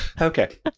Okay